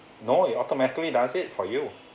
no it automatically does it for you